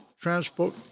transport